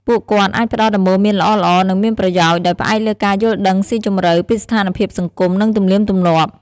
ពួកគាត់អាចផ្តល់ដំបូន្មានល្អៗ និងមានប្រយោជន៍ ដោយផ្អែកលើការយល់ដឹងស៊ីជម្រៅពីស្ថានភាពសង្គម និងទំនៀមទម្លាប់។